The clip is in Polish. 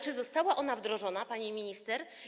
Czy została ona wdrożona, pani minister?